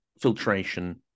filtration